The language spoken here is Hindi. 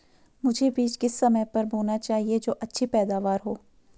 मुझे बीज किस समय पर बोना चाहिए जो अच्छी पैदावार हो?